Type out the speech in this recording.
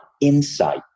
insight